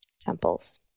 temples